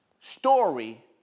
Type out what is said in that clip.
story